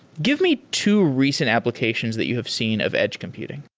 give me two recent applications that you have seen of edge computing.